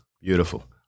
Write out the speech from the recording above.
Beautiful